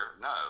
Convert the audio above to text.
no